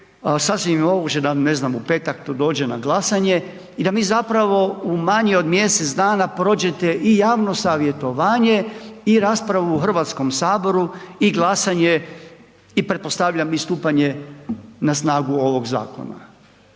sasvim moguće, da ne znam, u petak to dođe na glasanje i da mi zapravo u manje od mjesec dana prođete i javno savjetovanje i raspravu u Hrvatskom saboru i glasanje i pretpostavljam i stupanje na snagu ovog zakona.